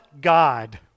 God